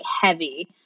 heavy